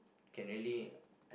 can really